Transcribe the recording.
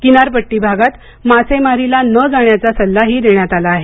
किनारपट्टी भागात मासेमारीला न जाण्याचा सल्लाही देण्यात आला आहे